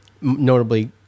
notably